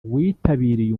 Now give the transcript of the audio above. witabiriye